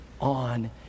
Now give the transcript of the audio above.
on